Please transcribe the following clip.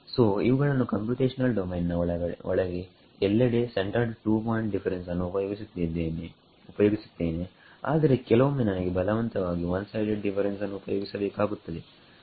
ಸೋಇವುಗಳನ್ನು computational domain ನ ಒಳಗೆ ಎಲ್ಲೆಡೆ ಸೆಂಟರ್ಡ್ ಟೂ ಪಾಯಿಂಟ್ ಡಿಫರೆನ್ಸ್ ಅನ್ನು ಉಪಯೋಗಿಸುತ್ತೇನೆ ಆದರೆ ಕೆಲವೊಮ್ಮೆ ನನಗೆ ಬಲವಂತವಾಗಿ ಒನ್ ಸೈಡೆಡ್ ಡಿಫರೆನ್ಸ್ ಅನ್ನು ಉಪಯೋಗಿಸಬೇಕಾಗುತ್ತದೆ